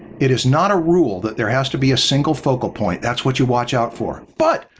it is not a rule that there has to be a single focal point, that's what you watch out for. but,